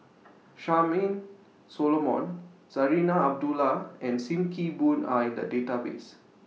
Charmaine Solomon Zarinah Abdullah and SIM Kee Boon Are in The Database